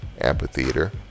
Amphitheater